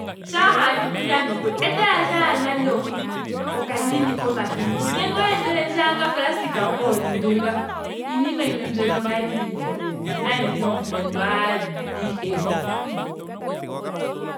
Shampa wa hala ndi ku nyanyukilwe etelandje ashike nando okandini komahini. nenge owa etelendje ashike oka plastic koondunga. iiima yimwe mbyono ngame ndi yi hole nayi noonkondo adhihe.